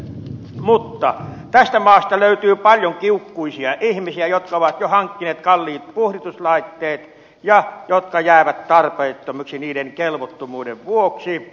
mutta tästä maasta löytyy paljon kiukkuisia ihmisiä jotka ovat jo hankkineet kalliit puhdistuslaitteet jotka jäävät tarpeettomiksi niiden kelvottomuuden vuoksi